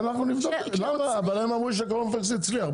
אבל הם אמרו שהקורנפלקס הצליח.